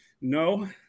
No